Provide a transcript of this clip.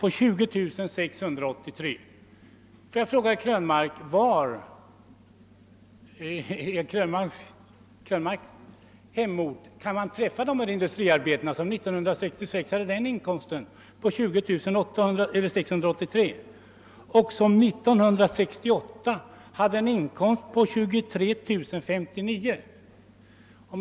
Får jag fråga herr Krönmark: Var i herr Krönmarks hemort kan man påträffa de industriarbetare som år 1966 hade en inkomst på 20 683 kronor och år 1968 en inkomst på 23 059 kronor?